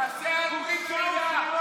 תעשה על ברית מילה.